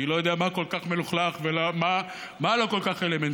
אני לא יודע מה כל כך מלוכלך ומה לא כל כך אלמנטרי.